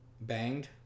banged